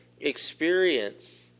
experience